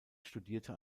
studierte